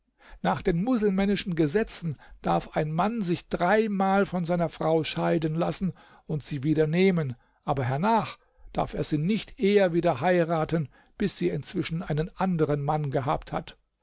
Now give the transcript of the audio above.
nach den muselmännischen gesetzen darf ein mann sich dreimal von seiner frau scheiden lassen und sie wieder nehmen aber hernach darf er sie nicht eher wieder heiraten bis sie inzwischen einen anderen mann gehabt hat